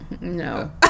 No